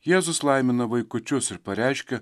jėzus laimina vaikučius ir pareiškia